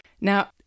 Now